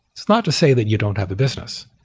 it's not to say that you don't have the business,